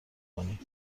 کنی